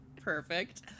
Perfect